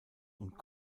und